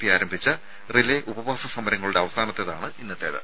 P ആരംഭിച്ച relay ഉപവാസ സനരങ്ങളുടെ അവസാനത്തേതാണ് ഇന്നത്തേത്